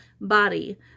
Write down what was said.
body